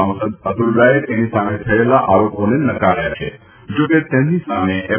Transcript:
સાંસદ અતુલ રાયે તેની સામે થયેલા આરોપોને નકાર્યા છે જો કે તેની સામે એફ